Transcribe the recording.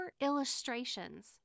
illustrations